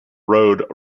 road